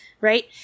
Right